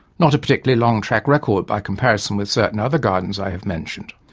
not a particularly long track record by comparison with certain other gardens i have mentioned.